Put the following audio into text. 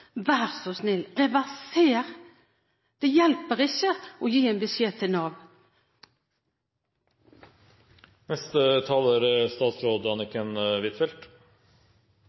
Vær så snill: reverser! Det hjelper ikke å gi en beskjed til